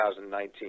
2019